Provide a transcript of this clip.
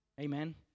Amen